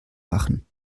machen